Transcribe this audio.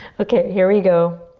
okay, here we go.